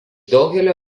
daugelio